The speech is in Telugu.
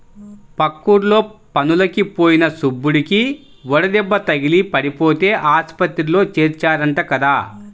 పక్కూర్లో పనులకి పోయిన సుబ్బడికి వడదెబ్బ తగిలి పడిపోతే ఆస్పత్రిలో చేర్చారంట కదా